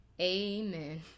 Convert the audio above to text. Amen